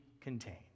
contained